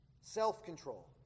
self-control